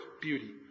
beauty